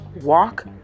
walk